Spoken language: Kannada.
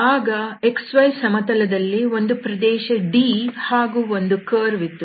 ಆಗ xy ಸಮತಲದಲ್ಲಿ ಒಂದು ಪ್ರದೇಶ D ಹಾಗೂ ಒಂದು ಕರ್ವ್ ಇತ್ತು